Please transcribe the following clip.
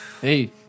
Hey